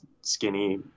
skinny